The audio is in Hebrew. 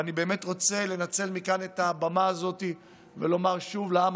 ואני באמת רוצה לנצל מכאן את הבמה הזאת ולומר שוב לעם